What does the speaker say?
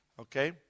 Okay